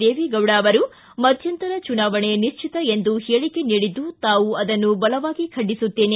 ದೇವೆಗೌಡರು ಮಧ್ಣಂತರ ಚುನಾವಣೆ ನಿಶ್ವಿತ ಎಂದು ಹೇಳಕೆ ನೀಡಿದ್ದು ತಾವು ಅದನ್ನು ಬಲವಾಗಿ ಖಂಡಿಸುತ್ತೇನೆ